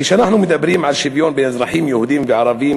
כשאנחנו מדברים על שוויון של אזרחים יהודים וערבים,